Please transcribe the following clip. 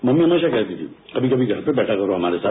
mummy हमेशा कहती थी कि कभी कभी घर पे बैठा करो हमारे साथ